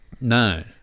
no